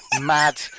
mad